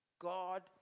God